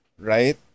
Right